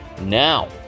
now